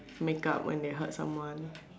make up when they hurt someone